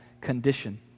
condition